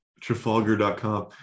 Trafalgar.com